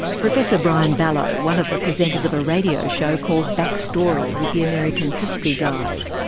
professor brian balogh, one of the presenters of a radio show called back story, with the american history guys.